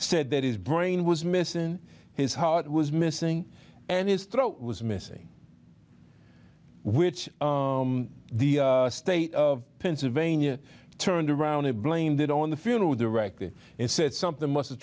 said that his brain was missing his heart was missing and his throat was missing which the state of pennsylvania turned around and blamed it on the funeral directly and said something must have